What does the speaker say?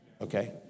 okay